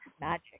magic